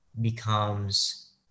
becomes